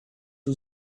who